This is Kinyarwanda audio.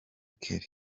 kelly